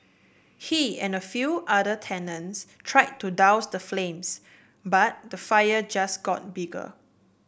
he and a few other tenants tried to douse the flames but the fire just got bigger